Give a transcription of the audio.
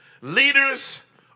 leaders